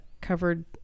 covered